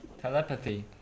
Telepathy